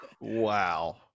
Wow